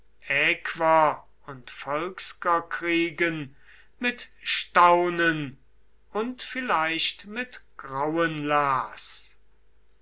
äquer und volskerkriegen mit staunen und vielleicht mit grauen las